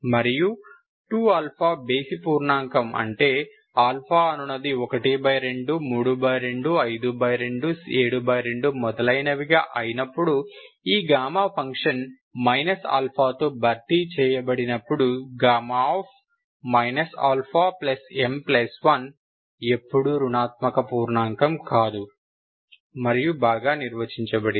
మరియు 2α బేసి పూర్ణాంకం అంటే అనునది 12325272 మొదలైనవి గా అయినప్పుడు ఈ గామా ఫంక్షన్ మైనస్ ఆల్ఫాతో భర్తీ చేయబడినప్పుడు αm1 ఎప్పుడూ రుణాత్మక పూర్ణాంకం కాదు మరియు బాగా నిర్వచించబడింది